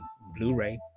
Blu-ray